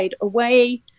away